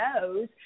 knows